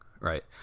right